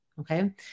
Okay